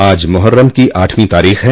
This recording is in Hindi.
आज मोहर्रम की आठवीं तारीख है